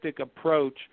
approach